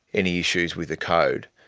any issues with the code.